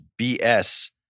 BS